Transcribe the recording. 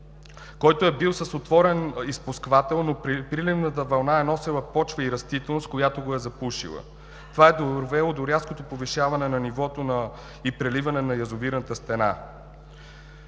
който е бил с отворен изпускател, но приливната вълна е носела почва и растителност, която го е запушила. Това е довело до рязкото повишаване на нивото и преливане на язовирната стена.